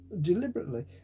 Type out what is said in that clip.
deliberately